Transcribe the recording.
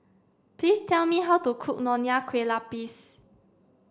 please tell me how to cook Nonya Kueh Lapis